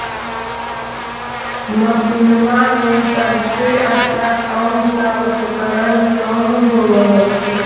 मसिनमा मे सबसे अच्छा कौन सा उपकरण कौन होब हखिन?